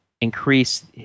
increase